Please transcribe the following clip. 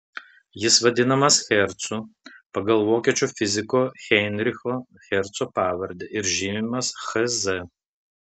jis vadinamas hercu pagal vokiečių fiziko heinricho herco pavardę ir žymimas hz